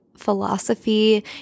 philosophy